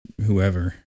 whoever